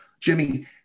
Jimmy